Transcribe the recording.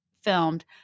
filmed